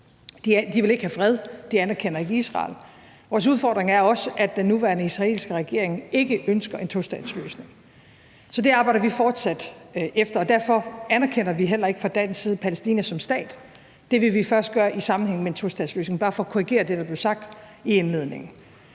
de vil ikke have fred, og de anerkender ikke Israel. Vores udfordring er også, at den nuværende israelske regering ikke ønsker en tostatsløsning. Så det arbejder vi fortsat på, og derfor anerkender vi heller ikke fra dansk side Palæstina som stat. Det vil vi først gøre i sammenhæng med en tostatsløsning. Det er bare for at korrigere det, der blev sagt i indledningen.